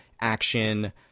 action